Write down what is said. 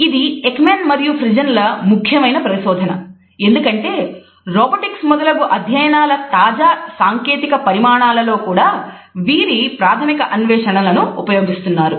ఇది ఎక్మాన్ మొదలగు అధ్యయనాల తాజా సాంకేతిక పరిణామాలలో కూడా వీరి ప్రాథమిక అన్వేషణలను ఉపయోగిస్తున్నారు